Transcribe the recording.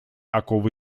оковы